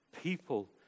people